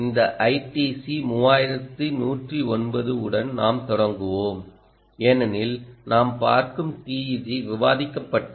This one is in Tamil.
இந்த ITC3109 உடன் நாம் தொடங்குவோம் ஏனெனில் நாம் பார்க்கும் TEG விவாதிக்கப்பட்டது